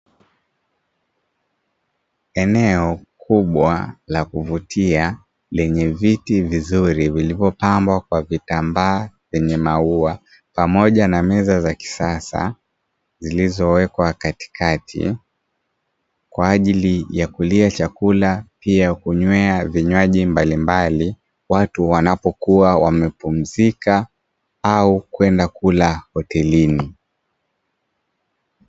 Eneo kubwa la kuvutia lenye viti vizuri vilivyopambwa kwa vitambaa vyenye maua pamoja na meza za kisasa, zilizo wekwa katikati kwa ajili ya kulia chakula pia kunywea vinywaji mbalimbali, watu wanapokuwa wamepumzika au kwenda kula hotelini.